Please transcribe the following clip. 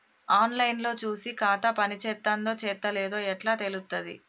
On line లో చూసి ఖాతా పనిచేత్తందో చేత్తలేదో ఎట్లా తెలుత్తది?